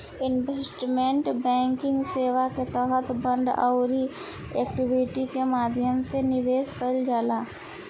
investment banking सेवा के तहत बांड आउरी इक्विटी के माध्यम से निवेश कईल जाला